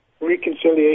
reconciliation